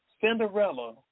Cinderella